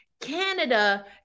canada